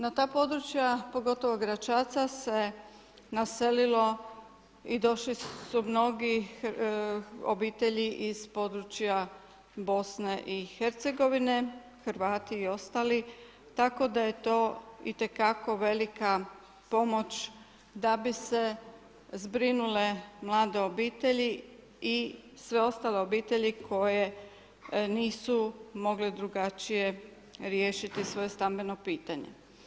Na ta područja, pogotovo Gračaca se naselilo i došle su mnoge obitelji iz područja Bosne i Hercegovine, Hrvati i ostali, tako da je to itekako velika pomoć da bi se zbrinule mlade obitelji i sve ostale obitelji koje nisu mogle drugačije riješiti svoje stambeno pitanje.